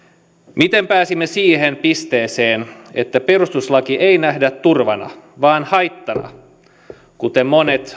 miten pääsimme siihen pisteeseen että perustuslakia ei nähdä turvana vaan haittana kuten monet